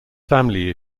family